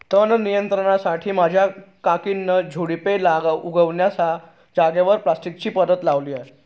तण नियंत्रणासाठी माझ्या काकांनी झुडुपे उगण्याच्या जागेवर प्लास्टिकची परत लावली आहे